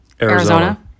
Arizona